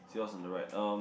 she was on the right um